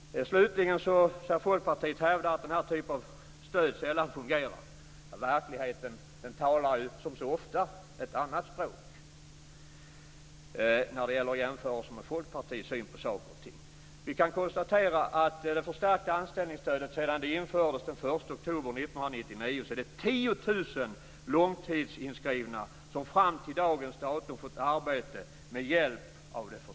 Slutligen hävdar Folkpartiet att denna typ av stöd sällan fungerar. Verkligheten talar, som så ofta, ett annat språk. Vi kan konstatera att sedan det förstärkta anställningsstödet infördes den 1 oktober 1999 har